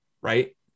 Right